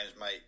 mate